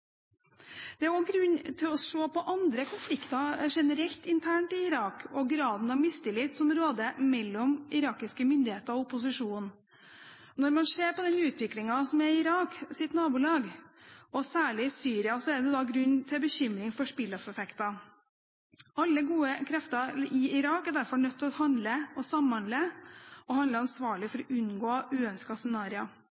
Det er også grunn til å se på andre konflikter generelt internt i Irak og graden av mistillit som råder mellom irakiske myndigheter og opposisjonen. Når man ser på den utviklingen som er i Iraks nabolag, og særlig i Syria, er det grunn til bekymring for spinn-off-effekter. Alle gode krefter i Irak er derfor nødt til å handle og samhandle og handle ansvarlig for